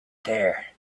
there